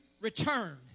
return